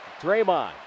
Draymond